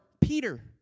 Peter